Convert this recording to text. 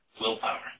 willpower